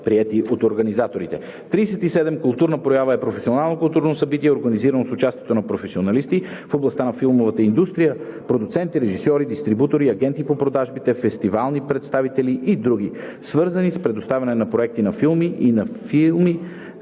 приети от организаторите. 37. „Културна проява“ е професионално културно събитие, организирано с участие на професионалисти в областта на филмовата индустрия (продуценти, режисьори, дистрибутори, агенти по продажбите, фестивални представители и др.), свързано с представяне на проекти на филми и на филми